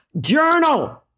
Journal